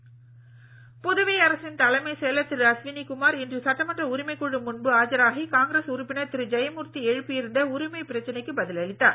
தலைமைச் செயலர் புதுவை அரசின் தலைமைச் செயலர் திரு அஸ்வினி குமார் இன்று சட்டமன்ற உரிமைக் குழு முன்பு ஆஜராகி காங்கிரஸ் உறுப்பினர் திரு ஜெயமூர்த்தி எழுப்பி இருந்த உரிமை பிரச்சனைக்கு பதில் அளித்தார்